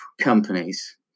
companies